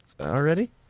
already